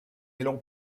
élan